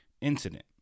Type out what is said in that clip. incident